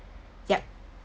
yup